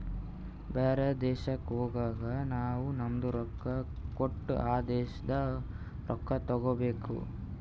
ಬೇರೆ ದೇಶಕ್ ಹೋಗಗ್ ನಾವ್ ನಮ್ದು ರೊಕ್ಕಾ ಕೊಟ್ಟು ಆ ದೇಶಾದು ರೊಕ್ಕಾ ತಗೋಬೇಕ್